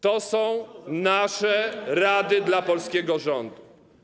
To są nasze rady dla polskiego rządu.